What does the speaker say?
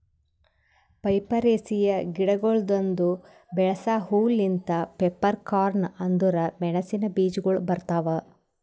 ಪೈಪರೇಸಿಯೆ ಗಿಡಗೊಳ್ದಾಂದು ಬೆಳಸ ಹೂ ಲಿಂತ್ ಪೆಪ್ಪರ್ಕಾರ್ನ್ ಅಂದುರ್ ಮೆಣಸಿನ ಬೀಜಗೊಳ್ ಬರ್ತಾವ್